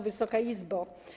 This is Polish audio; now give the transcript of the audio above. Wysoka Izbo!